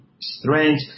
strange